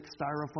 styrofoam